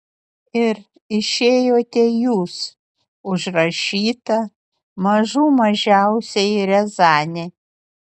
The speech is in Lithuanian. ir išėjote jūs užrašyta mažų mažiausiai riazanė